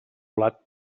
blat